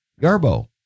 Garbo